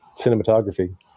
cinematography